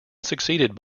succeeded